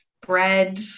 bread